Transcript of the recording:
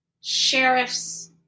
sheriffs –